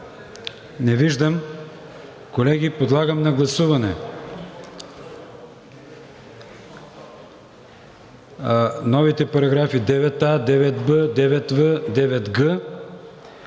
Не виждам. Колеги, подлагам на гласуване новите параграфи 9а, 9б, 9в, 9г,